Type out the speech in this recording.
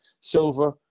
silver